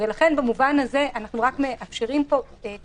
במובן הזה אנחנו רק מאפשרים כאן את